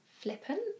Flippant